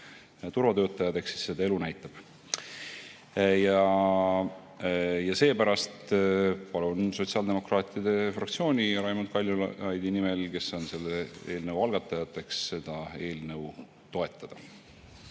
turvatöötajad, eks siis elu näitab. Ma palun sotsiaaldemokraatide fraktsiooni ja Raimond Kaljulaidi nimel, kes on selle eelnõu algatajad, seda eelnõu toetada.